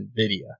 NVIDIA